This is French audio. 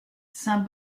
saint